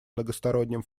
многосторонним